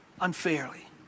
unfairly